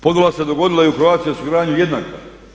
Podvala se dogodila i u Croatia osiguranju jednaka.